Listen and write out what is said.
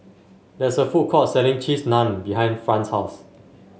there is a food court selling Cheese Naan behind Fran's house